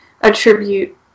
attribute